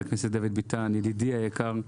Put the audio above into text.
חה"כ דוד ביטן, ידידי היקר,